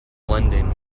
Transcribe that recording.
lending